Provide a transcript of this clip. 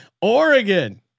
Oregon